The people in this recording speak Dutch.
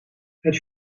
het